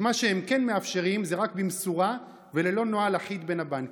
מה שהם כן מאפשרים זה רק במשורה וללא נוהל אחיד בין הבנקים.